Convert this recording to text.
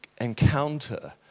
encounter